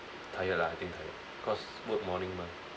tired lah I think tired cause work morning mah